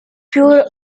più